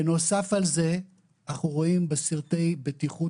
בנוסף על זה אנחנו רואים בסרטי בטיחות